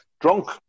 drunk